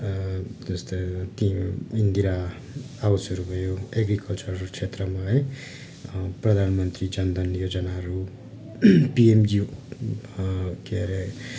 जस्तै ती इन्दिरा हाउसहरू भयो एग्रिकल्चर क्षेत्रमा है प्रधान मन्त्री जनधन योजनाहरू पिएमजी के अरे